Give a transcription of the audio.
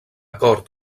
cort